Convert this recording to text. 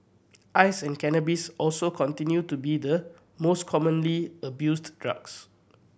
ice and cannabis also continue to be the most commonly abused drugs